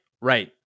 right